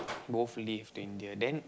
both leave to India then